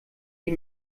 die